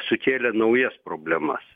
sukėlė naujas problemas